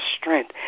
strength